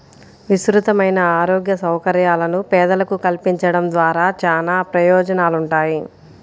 విస్తృతమైన ఆరోగ్య సౌకర్యాలను పేదలకు కల్పించడం ద్వారా చానా ప్రయోజనాలుంటాయి